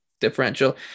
differential